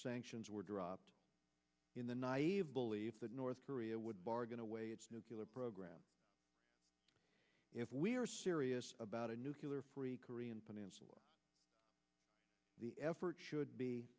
sanctions were dropped in the naive belief that north korea would bargain away its nuclear program if we're serious about a nuclear free korean peninsula the effort should